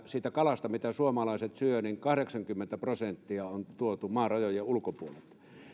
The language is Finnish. siitä kalasta mitä suomalaiset syövät kahdeksankymmentä prosenttia on tuotu maan rajojen ulkopuolelta